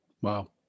Wow